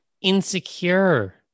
insecure